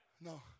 No